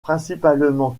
principalement